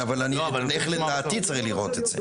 איך לדעתי צריך לראות את זה.